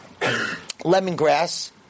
lemongrass